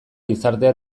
gizartea